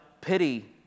pity